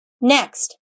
Next